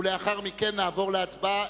ולאחר מכן נעבור להצבעה.